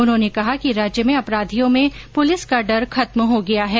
उन्होंने कहा कि राज्य में अपराधियों में पुलिस का डर खत्म हो गया है